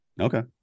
Okay